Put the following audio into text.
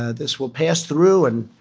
ah this will pass through, and